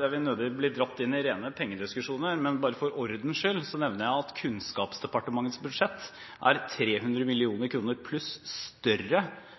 Jeg vil nødig bli dratt inn i pengediskusjoner, men bare for ordens skyld nevner jeg at Kunnskapsdepartementets budsjett er 300 mill. kr større